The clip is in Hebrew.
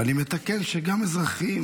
ואני מתקן שגם הרבה אזרחים,